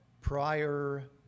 prior